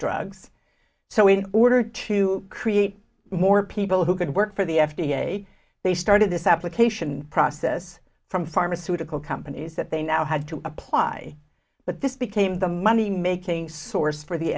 drugs so in order to create more people who could work for the f d a they started this application process from pharmaceutical companies that they now had to apply but this became the money making source for the